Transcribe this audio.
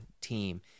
team